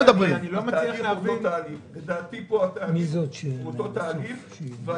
התהליך פה הוא אותו תהליך של בתי הספר.